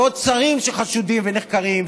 ועוד שרים שחשודים ונחקרים,